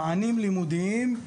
מענים לימודיים,